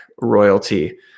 royalty